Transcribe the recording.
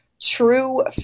true